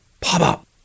Pop-Up